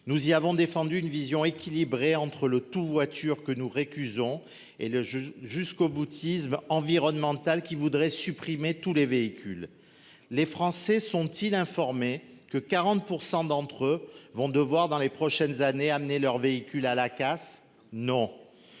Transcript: Nous y avons défendu une vision équilibrée entre le tout voiture que nous récusons, et le jusqu'au-boutisme environnementales qui voudrait supprimer tous les véhicules. Les Français sont-ils informés que 40% d'entre eux vont devoir, dans les prochaines années amener leur véhicule à la casse. Non.